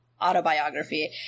autobiography